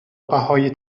بهای